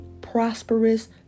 prosperous